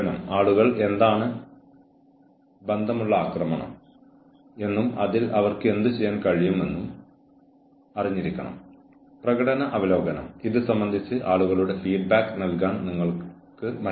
ഒരു മീറ്റിംഗിൽ ജോലിക്കാരന് അവൾക്കോ അയാൾക്കോ എതിരായ കേസ് അവതരിപ്പിക്കുകയും അവളുടെയോ അവന്റെയോ വശം അവതരിപ്പിക്കാൻ അവസരം നൽകുകയും ചെയ്യുന്നു